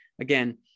again